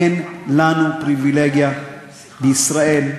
אין לנו פריבילגיה בישראל.